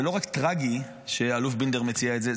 זה לא רק טרגי שהאלוף בינדר מציע את זה,